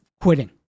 quitting